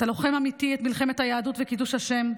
אתה לוחם אמיתי את מלחמת היהדות וקידוש השם.